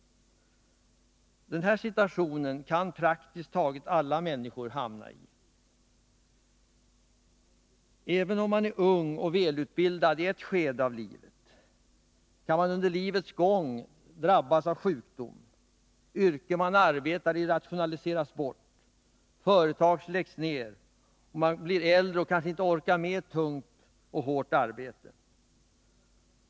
Den här situationen kan praktiskt taget alla människor hamna i. Även om man är ung och välutbildad i ett skede av livet, kan man under livets gång drabbas av sjukdom, det yrke man arbetar i kan rationaliseras bort, företaget kan läggas ner eller man blir äldre och orkar kanske inte med ett tungt och hårt arbete.